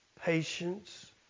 patience